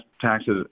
taxes